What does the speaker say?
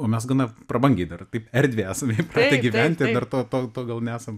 o mes gana prabangiai dar taip erdviai esame įpratę gyventi dar to to to gal nesam